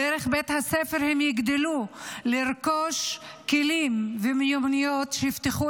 דרך בית הספר הם יגדלו לרכוש כלים ומיומנויות שיפתחו